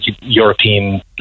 European